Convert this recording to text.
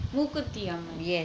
மூக்குத்தி அம்மன்:mookuthi amman